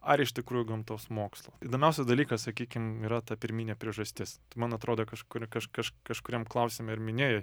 ar iš tikrųjų gamtos mokslų įdomiausias dalykas sakykim yra ta pirminė priežastis man atrodo kaž kur kaž kaž kažkuriam klausime ir minėjai